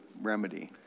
remedy